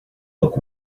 look